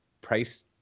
price